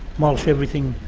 mulch everything,